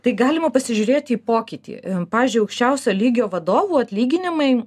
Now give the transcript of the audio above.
tai galima pasižiūrėti į pokytį pavyzdžiui aukščiausio lygio vadovų atlyginimai